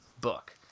book